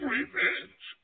revenge